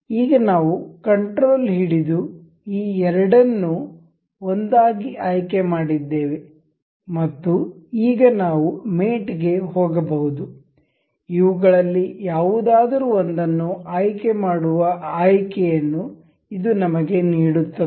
ಈಗ ನಾವು ಕಂಟ್ರೋಲ್ ಹಿಡಿದು ಈ ಎರಡನ್ನೂ ಒಂದಾಗಿ ಆಯ್ಕೆ ಮಾಡಿದ್ದೇವೆ ಮತ್ತು ಈಗ ನಾವು ಮೇಟ್ ಗೆ ಹೋಗಬಹುದು ಇವುಗಳಲ್ಲಿ ಯಾವುದಾದರೂ ಒಂದನ್ನು ಆಯ್ಕೆ ಮಾಡುವ ಆಯ್ಕೆಯನ್ನು ಇದು ನಮಗೆ ನೀಡುತ್ತದೆ